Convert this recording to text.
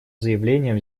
заявлением